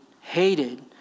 hated